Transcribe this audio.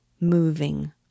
moving